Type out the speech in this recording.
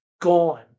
gone